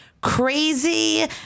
crazy